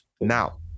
Now